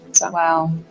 Wow